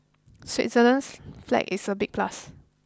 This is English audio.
Switzerland's flag is a big plus